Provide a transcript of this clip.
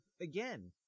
again